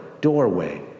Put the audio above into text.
doorway